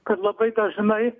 kad labai dažnai